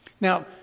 Now